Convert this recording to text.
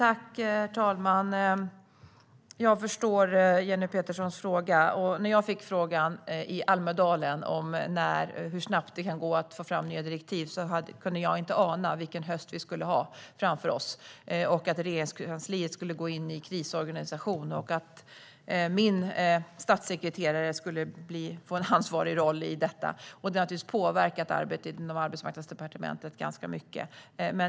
Herr talman! Jag förstår Jenny Peterssons fråga. Men när jag fick frågan i Almedalen om hur snabbt det kan gå att få fram nya direktiv kunde jag inte ana vilken höst vi hade framför oss, att Regeringskansliet skulle gå in i krisorganisation och att min statssekreterare skulle få en ansvarig roll i detta. Det har naturligtvis påverkat arbetet inom Arbetsmarknadsdepartementet ganska mycket.